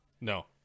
No